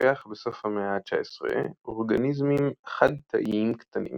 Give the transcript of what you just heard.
שטיפח בסוף המאה ה-19 אורגניזמים חד-תאיים קטנים